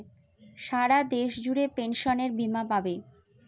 সারা দেশ জুড়ে পেনসনের বীমা পাবে